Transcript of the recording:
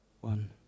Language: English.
One